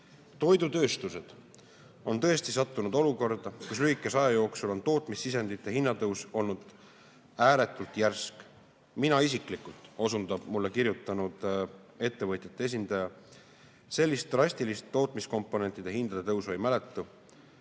Toidutööstused on tõesti sattunud olukorda, kus lühikese aja jooksul on tootmissisendite hinnatõus olnud ääretult järsk. Mina isiklikult (nii osundab mulle kirjutanud ettevõtjate esindaja. – U.R.) sellist drastilist tootmiskomponentide hindade tõusu ei mäleta.